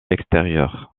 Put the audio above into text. extérieures